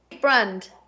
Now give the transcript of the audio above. Brand